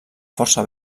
força